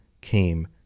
came